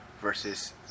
versus